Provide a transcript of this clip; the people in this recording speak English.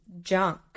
junk